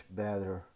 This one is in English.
better